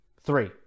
Three